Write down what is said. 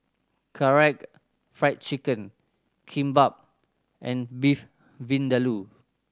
Karaage Fried Chicken Kimbap and Beef Vindaloo